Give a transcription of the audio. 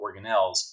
organelles